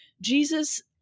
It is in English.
Jesus